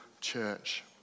church